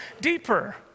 deeper